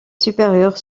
supérieures